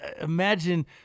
imagine –